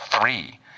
three